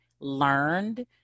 learned